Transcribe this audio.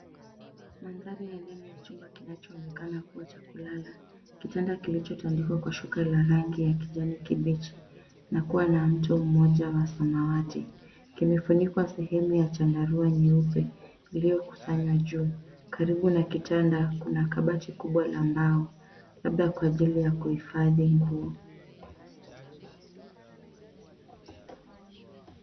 Mandhari ya ndani ya chumba kinachoonekana kuwa cha kulala. Kuna kitanda kilichotandikwa kwa shuka la rangi ya kijani kibichi na mto mmoja wa rangi ya samawati. Kimefunikwa sehemu Kwa chandarua cheupe kilichokusanywa juu. Karibu na kitanda kuna kabati kubwa la mbao labda Kwa ajili ya kuhifadhi nguo.